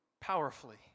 powerfully